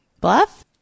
Bluff